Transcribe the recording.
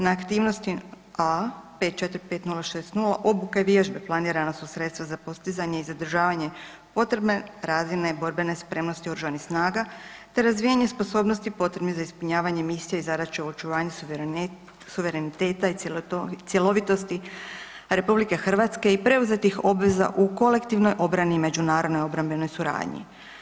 Na aktivnosti A 545060 obuka i vježbe planirana su sredstva za postizanje i zadržavanje potrebne razine borbene spremnosti oružanih snaga te razvijanje sposobnosti potrebne za ispunjavanje misije … [[Govornica se ne razumije]] suvereniteta i cjelovitosti RH i preuzetih obveza u kolektivnoj obrani i međunarodnoj obrambenoj suradnji.